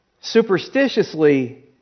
superstitiously